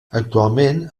actualment